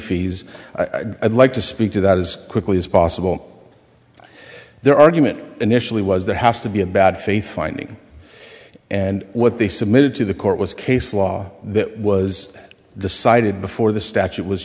fees i'd like to speak to that as quickly as possible their argument initially was there has to be a bad faith finding and what they submitted to the court was case law that was decided before the statute was